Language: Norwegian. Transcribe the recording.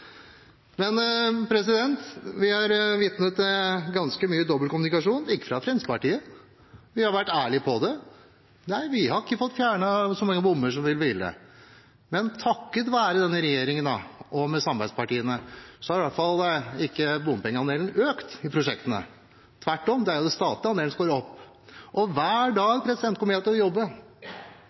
Vi er vitne til ganske mye dobbeltkommunikasjon, men ikke fra Fremskrittspartiet, for vi har vært ærlige om det. Nei, vi har ikke fått fjernet så mange bompenger som vi ville, men takket være denne regjeringen og samarbeidspartiene har i hvert fall ikke bompengeandelen i prosjektene økt. Tvert om er det den statlige andelen som går opp. Hver dag kommer jeg til å jobbe